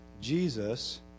Jesus